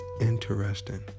interesting